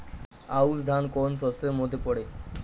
আউশ ধান কোন শস্যের মধ্যে পড়ে?